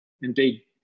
Indeed